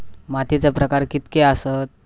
मातीचे प्रकार कितके आसत?